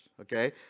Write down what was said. okay